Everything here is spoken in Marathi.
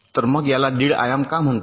तर मग याला दीड आयाम का म्हणतात